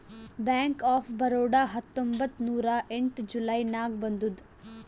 bank of Baroda ಹತ್ತೊಂಬತ್ತ್ ನೂರಾ ಎಂಟ ಜುಲೈ ನಾಗ್ ಬಂದುದ್